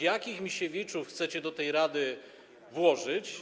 Jakich Misiewiczów chcecie do tej rady włożyć.